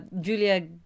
julia